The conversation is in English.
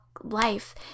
life